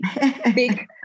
big